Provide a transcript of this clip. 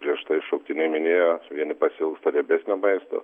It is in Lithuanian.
prieš tai šauktiniai minėjo vieni pasiilgsta riebesnio maisto